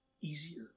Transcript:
easier